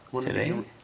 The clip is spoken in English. Today